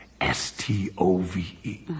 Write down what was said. S-T-O-V-E